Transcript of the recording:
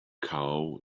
cow